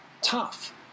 tough